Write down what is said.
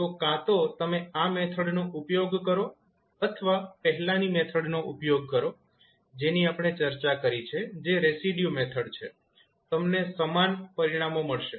તો કાં તો તમે આ મેથડનો ઉપયોગ કરો અથવા પહેલાની મેથડનો ઉપયોગ કરો જેની આપણે ચર્ચા કરી છે જે રેસિડયુ મેથડ છે તમને સમાન પરિણામો મળશે